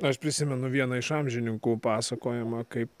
aš prisimenu vieną iš amžininkų pasakojama kaip